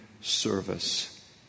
service